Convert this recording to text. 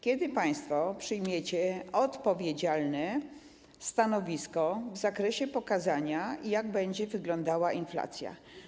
Kiedy państwo przyjmiecie odpowiedzialne stanowisko w zakresie pokazania, jak będzie wyglądała inflacja?